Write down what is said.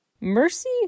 Mercy